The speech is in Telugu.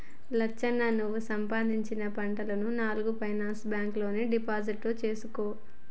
లచ్చన్న నువ్వు సంపాదించినప్పుడు నాలుగు పైసలు బాంక్ లో డిపాజిట్లు సేసుకో